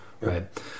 Right